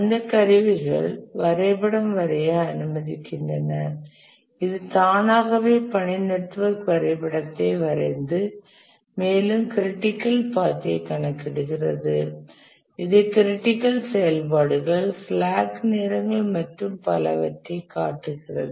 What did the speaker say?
அந்த கருவிகள் வரைபடம் வரைய அனுமதிக்கின்றன இது தானாகவே பணி நெட்வொர்க் வரைபடத்தை வரைந்து மேலும் க்ரிட்டிக்கல் பாத் ஐ கணக்கிடுகிறது இது க்ரிட்டிக்கல் செயல்பாடுகள் ஸ்லாக் நேரங்கள் மற்றும் பலவற்றைக் காட்டுகிறது